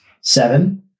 seven